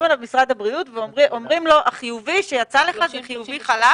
אליו ממשרד הבריאות ואומרים לו: החיובי שיצא לך זה חיובי-גבולי,